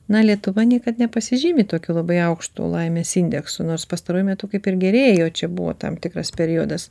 na lietuva niekad nepasižymi tokiu labai aukštu laimės indeksu nors pastaruoju metu kaip ir gerėjo čia buvo tam tikras periodas